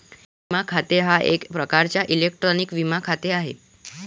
E विमा खाते हा एक प्रकारचा इलेक्ट्रॉनिक विमा खाते आहे